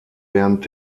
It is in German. während